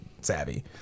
savvy